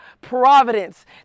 providence